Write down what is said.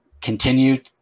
continue